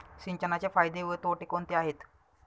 सिंचनाचे फायदे व तोटे कोणते आहेत?